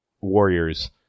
Warriors